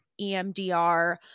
EMDR